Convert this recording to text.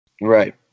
Right